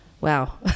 Wow